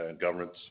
governments